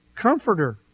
comforter